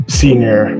senior